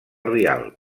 rialb